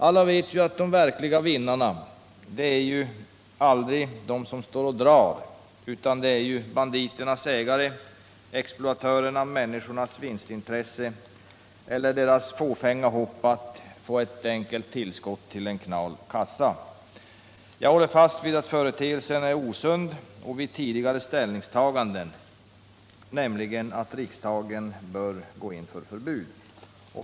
Alla vet att de verkliga vinnarna aldrig är de som står och drar, utan det är banditernas ägare, exploatörerna av människors vinstintresse eller deras fåfänga hopp att på ett enkelt sätt få ett tillskott till en knal kassa. Jag håller fast vid att företeelsen är osund och vidhåller mitt tidigare ställningstagande att riksdagen bör gå in för förbud.